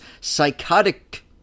psychotic